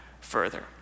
further